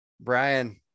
Brian